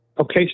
Okay